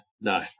No